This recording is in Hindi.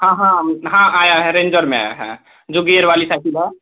हाँ हाँ हाँ आया हे रेंजर में आया है जो गेयर वाली साइकिल है